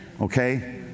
Okay